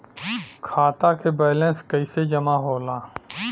खाता के वैंलेस कइसे जमा होला?